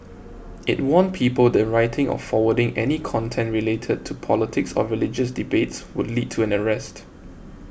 it warned people that writing or forwarding any content related to politics or religious debates would lead to an arrest